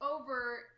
over